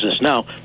Now